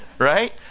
right